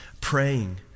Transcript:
praying